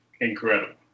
Incredible